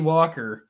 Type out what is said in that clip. Walker